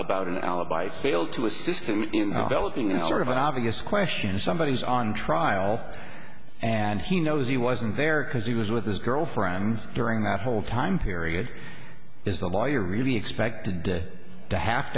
about an alibi failed to assist in this sort of an obvious question somebody is on trial and he knows he wasn't there because he was with his girlfriend during that whole time period is the lawyer really expected to have